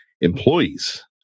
employees